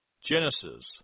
Genesis